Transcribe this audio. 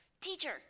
teacher